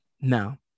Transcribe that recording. Now